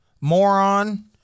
moron